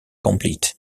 complete